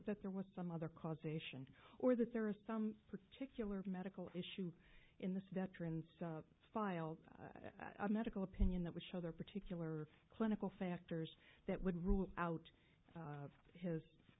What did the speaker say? that there was some other causation or that there was some particular medical issue in this veterans file a medical opinion that would show their particular clinical factors that would rule out